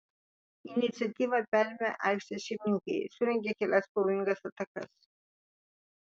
iniciatyvą perėmę aikštės šeimininkai surengė kelias pavojingas atakas